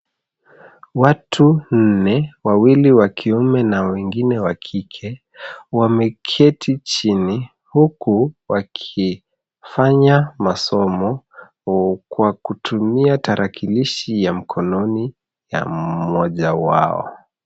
Watu nne, wawili wa kiume na wengine wa kike , wameketi chini huku wakifanya masomo kwa kutumia tarakilishi ya mkononi ya mmoja wao.